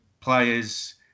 players